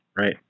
Right